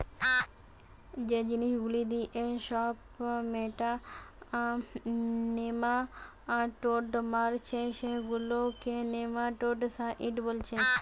যে জিনিস গুলা দিয়ে সব নেমাটোড মারছে সেগুলাকে নেমাটোডসাইড বোলছে